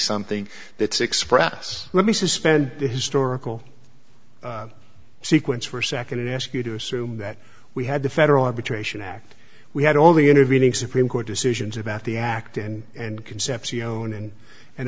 something that's express let me suspend the historical sequence for a second and ask you to assume that we had the federal arbitration act we had all the intervening supreme court decisions about the act and